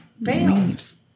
leaves